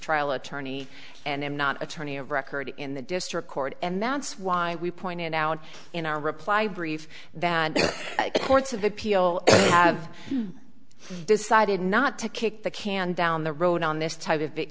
trial attorney and i'm not attorney of record in the district court and that's why we pointed out in our reply brief that the courts of appeal have decided not to kick the can down the road on this type of